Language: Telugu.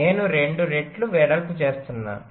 నేను రెండు రేట్లు వెడల్పు చేస్తాను